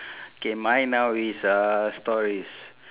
K mine now is uh stories